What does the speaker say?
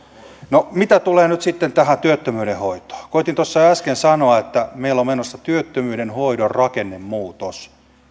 no mitä tulee nyt tähän työttömyyden hoitoon koetin jo tuossa äsken sanoa että meillä on menossa työttömyyden hoidon rakennemuutos